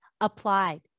applied